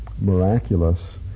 miraculous